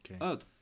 Okay